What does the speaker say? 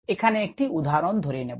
এখানে একটি উদাহরণ ধরে নেব